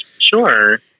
Sure